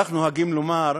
כך נוהגים לומר,